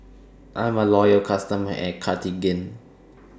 I'm A Loyal customer of Cartigain